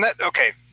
okay